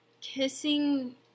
kissing